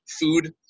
food